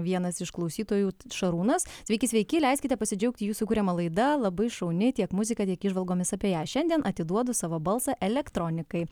vienas iš klausytojų šarūnas sveiki sveiki leiskite pasidžiaugti jūsų kuriama laida labai šauni tiek muzika tiek įžvalgomis apie ją šiandien atiduodu savo balsą elektronikai